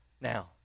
Now